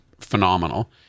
phenomenal